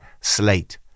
slate